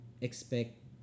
expect